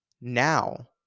now